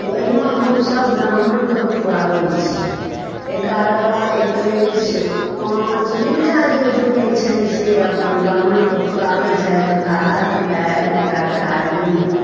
ओहिमे हमसभ ब्राह्मणके खुआबै छी एगारह एकैस पाँच जिनका जे जुड़ै छनि से अपन ब्राह्मणके खुआबै छथि भात दालि तरकारी